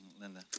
Linda